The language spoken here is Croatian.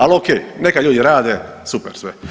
Ali ok, neka ljudi rade, super sve.